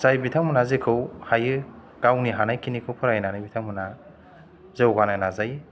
जाय बिथांमोना जेखौ हायो गावनि हानायखिनिखौ फरायनानै बिथांमोना जौगानो नाजायो